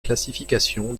classification